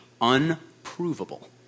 unprovable